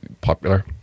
popular